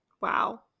Wow